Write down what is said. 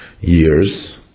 years